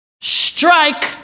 Strike